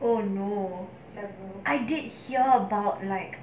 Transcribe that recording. oh no I did hear about like